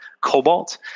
cobalt